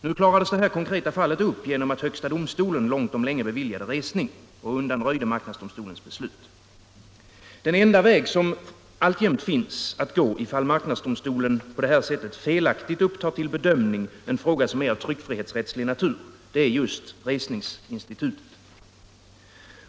Det konkreta fallet klarades upp genom att högsta domstolen långt om länge beviljade resning i målet och undanröjde marknadsdomstolens beslut. Det enda som finns att tillgå, ifall marknadsdomstolen på detta sätt felaktigt upptar till bedömning en fråga som är av tryckfrihetsrättslig natur, är just resningsinstitutet.